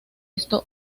esto